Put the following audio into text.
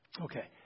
Okay